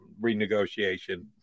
renegotiation